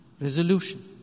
resolution